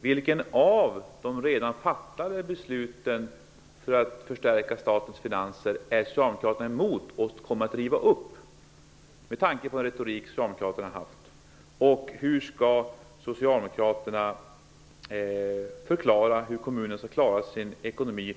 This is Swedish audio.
Vilket av de redan fattade besluten för att förstärka statens finanser är Socialdemokraterna emot och kommer att riva upp, med tanke på Socialdemokraternas retorik? 3. Hur skall Socialdemokraterna förklara hur kommunerna skall klara ekonomin?